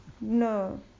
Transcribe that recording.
no